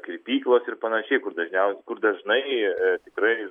kirpyklos ir panašiai dažniau kur dažnai ee tikrai